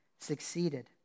succeeded